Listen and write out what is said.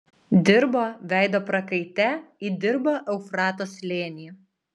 dirbo veido prakaite įdirbo eufrato slėnį